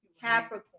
Capricorn